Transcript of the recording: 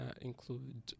include